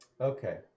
Okay